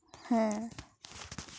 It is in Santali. ᱦᱮᱸ